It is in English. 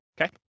Okay